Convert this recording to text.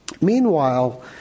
meanwhile